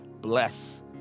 bless